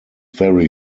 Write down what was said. very